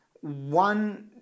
one